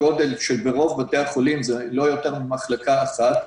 שברוב בתי החולים זה לא יתר ממחלקה אחת,